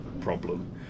problem